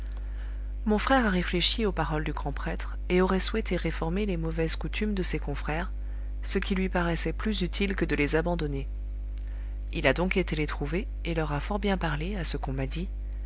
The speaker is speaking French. mon frère a réfléchi aux paroles du grand prêtre et aurait souhaité réformer les mauvaises coutumes de ses confrères ce qui lui paraissait plus utile que de les abandonner il a donc été les trouver et leur a fort bien parlé à ce qu'on m'a dit